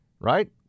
right